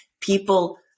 people